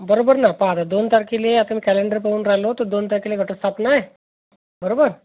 बरोबर ना पहा आता दोन तारखेले आता मी कॅलेंडर पाहून राहिलो तर दोन तारखेला घटस्थपना आहे बरोबर